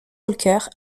walker